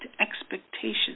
expectations